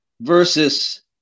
versus